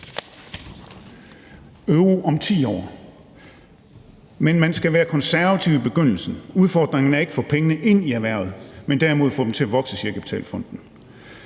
euro om 10 år, men man skal være konservativ i begyndelsen. Udfordringen er ikke at få pengene ind i erhvervet, men det er derimod at få dem til at vokse, siger kapitalfonden.